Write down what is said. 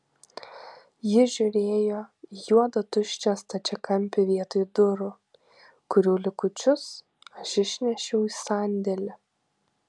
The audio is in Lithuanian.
ji žiūrėjo į juodą tuščią stačiakampį vietoj durų kurių likučius aš išnešiau į sandėlį